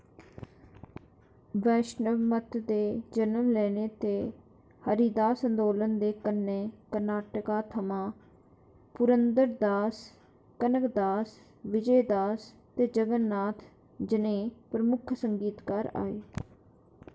वैश्णव मत दे जनम लैने ते हरिदास अंदोलन दे कन्नै कर्नाटका थमां पुरंदरदास कनकदास विजयदास ते जगन्नाथदास जनेह् प्रमुख संगीतकार आए